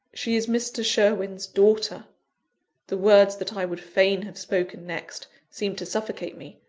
she is mr. sherwin's daughter the words that i would fain have spoken next, seemed to suffocate me.